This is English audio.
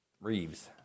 Reeves